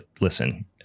listen